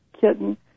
kitten